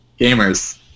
gamers